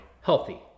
healthy